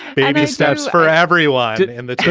baby steps for everyone. and the truth.